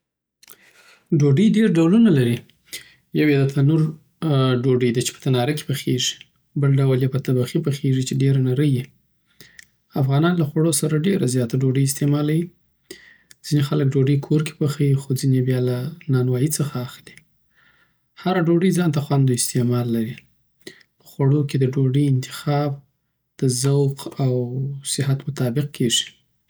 ډوډۍ ‌‌‌ډېر ډولونه لري. یو یې دتنور دوډی ده چی په تناره کی پخیږی بل ډول یی په تبخی پخیږی چی ډیره نری وی افغانان له خوړو سره ډیره زیاته دوډوی استعالوی ځینی خلک ډوډی کور کی پخویی خو ځینی یی بیا له نان وایی څخه اخلی هره ‌‌‌‌‌‌ډوډۍ ځانته خوند او استعمال لري. په خوړو کی د ډوډۍ انتخاب د ذوق او صحت مطابق کېږي.